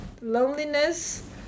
loneliness